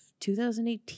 2018